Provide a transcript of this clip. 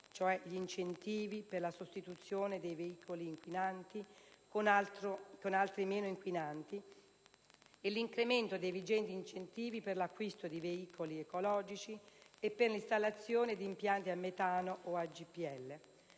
come gli incentivi per la sostituzione dei veicoli inquinanti con altri meno inquinanti e l'incremento dei vigenti incentivi per l'acquisto di veicoli ecologici e per l'installazione di impianti a metano o a GPL.